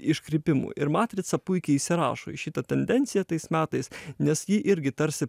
iškrypimų ir matrica puikiai įsirašo į šitą tendenciją tais metais nes ji irgi tarsi